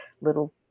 Little